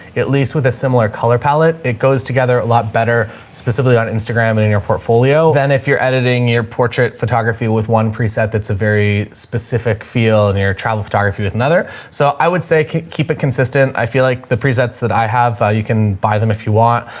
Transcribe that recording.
least with a similar color palette, it goes together a lot better specifically on instagram and in your portfolio. then if you're editing your portrait photography with one preset, that's a very specific field and your travel photography with another, so i would say keep it consistent. i feel like the presents that i have, you can buy them if you want,